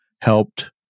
helped